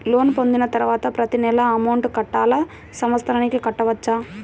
Loan పొందిన తరువాత ప్రతి నెల అమౌంట్ కట్టాలా? సంవత్సరానికి కట్టుకోవచ్చా?